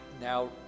Now